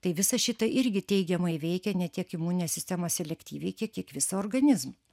tai visa šita irgi teigiamai veikia ne tiek imuninę sistemą selektyviai kiek kiek visą organizmą